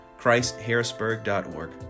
ChristHarrisburg.org